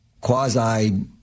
quasi